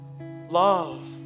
Love